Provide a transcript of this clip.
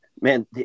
man